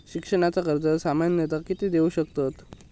शिक्षणाचा कर्ज सामन्यता किती देऊ शकतत?